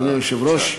אדוני היושב-ראש.